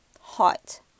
hot